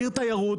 עיר תיירות,